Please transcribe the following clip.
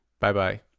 Bye-bye